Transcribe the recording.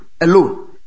alone